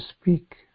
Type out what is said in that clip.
speak